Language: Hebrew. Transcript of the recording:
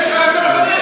אתם שחררתם מחבלים.